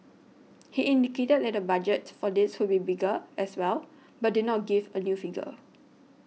he indicated that the budget for this would be bigger as well but did not give a new figure